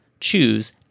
choose